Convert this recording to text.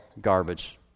garbage